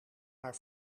haar